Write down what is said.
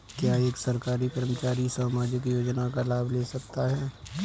क्या एक सरकारी कर्मचारी सामाजिक योजना का लाभ ले सकता है?